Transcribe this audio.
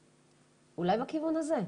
אולי בכיוון הזה?